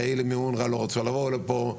ומאונר"א לא רצו לבוא לפה.